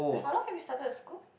how long have you started school